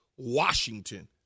Washington